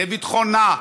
לביטחונה,